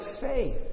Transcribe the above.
faith